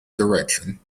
direction